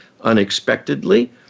unexpectedly